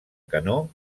canó